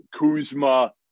Kuzma